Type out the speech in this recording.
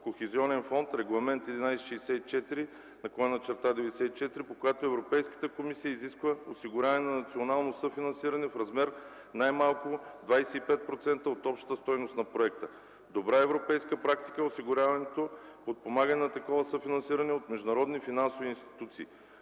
Кохезионен фонд (Регламент 1164/94), по която Европейската комисия изисква осигуряване на национално съфинансиране в размер на най-малко 25% от общата стойност на проекта. Добра европейска практика е осигуряването подпомагане на такова съфинансиране от международни финансови институции.